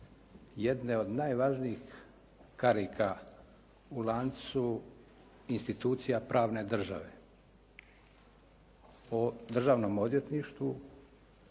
jedne od najvažnijih karika u lancu institucija pravne države, o državnom odvjetništvu